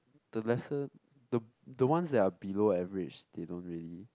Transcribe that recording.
the lesser the the ones that are below average they don't really